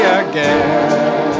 again